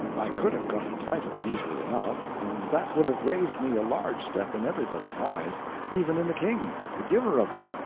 i could have got a title easily enough, and that would have raised me a large step in everybody's eyes even in the king's, the giver of it.